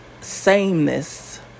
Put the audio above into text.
Sameness